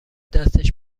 دستش